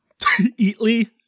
Eatly